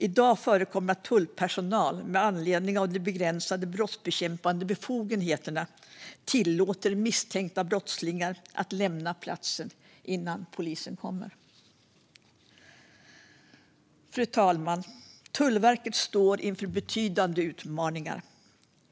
I dag förekommer det att tullpersonal med anledning av de begränsade brottsbekämpande befogenheterna tillåter misstänkta brottslingar att lämna platsen innan polisen kommer. Fru talman! Tullverket står inför betydande utmaningar.